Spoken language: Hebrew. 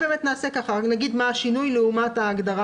אני אגיד לך איזו תקרה.